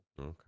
okay